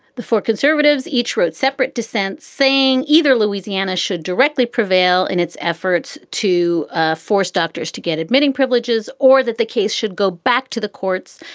the four conservatives each wrote separate dissent, saying either louisiana should directly prevail in its efforts to ah force doctors to get admitting privileges or that the case should go back to the courts.